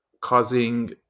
causing